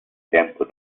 tempo